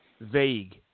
vague